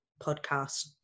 podcast